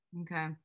okay